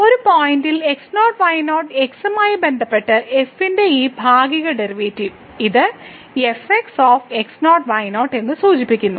ഒരു പോയിന്റിൽ x0 y0 x മായി ബന്ധപ്പെട്ട് f ന്റെ ഈ ഭാഗിക ഡെറിവേറ്റീവ് ഇത് fxx0y0 എന്നും സൂചിപ്പിക്കുന്നു